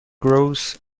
growth